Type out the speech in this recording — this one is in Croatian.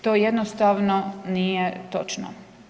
To jednostavno nije točno.